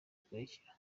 zikurikira